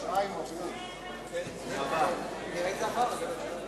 התשס"ט 2009, לדיון מוקדם בוועדת הכלכלה נתקבלה.